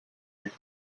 their